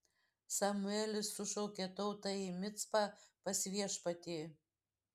samuelis sušaukė tautą į micpą pas viešpatį